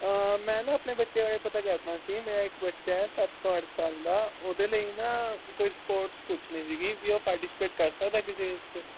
ਮੈਂ ਨਾ ਆਪਣੇ ਬੱਚੇ ਬਾਰੇ ਪਤਾ ਕਰਨਾ ਸੀ ਮੇਰਾ ਇੱਕ ਬੱਚਾ ਏ ਸੱਤ ਪੰਜ ਸਾਲ ਦਾ ਓਹਦੇ ਲਈ ਨਾ ਕੋਈ ਸਪੋਰਟਸ ਪੁੱਛਣੀ ਸੀ ਵੀ ਉਹ ਪਾਰਟੀਸਪੇਟ ਕਰ ਸਕਦਾ ਹੈ ਕਿਸੇ ਵਿੱਚ